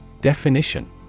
Definition